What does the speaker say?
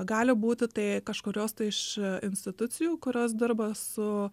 gali būti tai kažkurios tai iš institucijų kurios dirba su